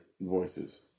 voices